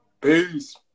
Peace